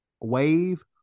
wave